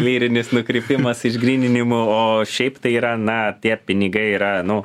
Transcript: lyrinis nukrypimas išgryninimų o šiaip tai yra na tie pinigai yra nu